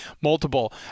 multiple